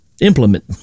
implement